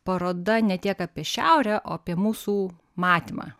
paroda ne tiek apie šiaurę o apie mūsų matymą